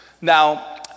Now